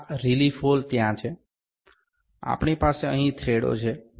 આ relief hole ત્યાં છે આપણી પાસે અહીં થ્રેડો છે